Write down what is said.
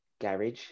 garage